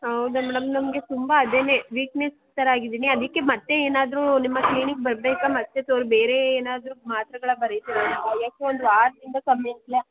ಹೌದಾ ಮೇಡಮ್ ನಮಗೆ ತುಂಬಾ ಅದೇನೇ ವೀಕ್ನೆಸ್ ಥರ ಆಗಿದ್ದೀನಿ ಅದಕ್ಕೆ ಮತ್ತೆ ಏನಾದರು ನಿಮ್ಮ ಕ್ಲಿನಿಕ್ ಬರ್ಬೇಕಾ ಮತ್ತೆ ತೋರ್ ಬೇರೇ ಏನಾದರು ಮಾತ್ರೆಗಳು ಬರೀತೀರ ಯಾಕೋ ಒಂದು ವಾರದಿಂದ ಕಮ್ಮಿ ಆಗಿಲ್ಲ